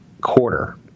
quarter